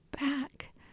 back